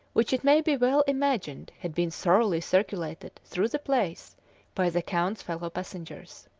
which it may be well imagined had been thoroughly circulated through the place by the count's fellow-passengers.